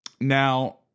Now